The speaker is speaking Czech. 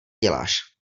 děláš